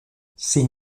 sin